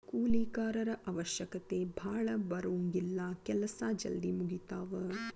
ಕೂಲಿ ಕಾರರ ಅವಶ್ಯಕತೆ ಭಾಳ ಬರುಂಗಿಲ್ಲಾ ಕೆಲಸಾ ಜಲ್ದಿ ಮುಗಿತಾವ